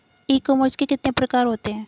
ई commerce के कितने प्रकार होते हैं?